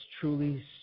truly